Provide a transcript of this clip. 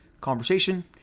conversation